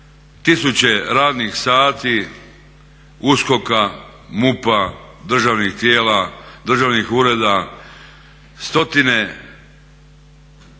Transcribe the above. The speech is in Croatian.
tisuće radnih sati, USKOK-a, MUP-a, državnih tijela, državnih ureda, stotine